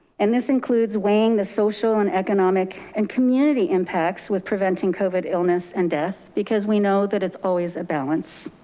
and this includes weighing the social and economic and community impacts with preventing covid illness and death, because we know that it's always a balance.